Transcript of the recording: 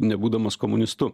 nebūdamas komunistu